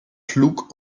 flug